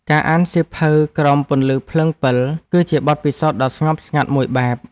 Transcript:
ការអានសៀវភៅក្រោមពន្លឺភ្លើងពិល គឺជាបទពិសោធន៍ដ៏ស្ងប់ស្ងាត់មួយបែប។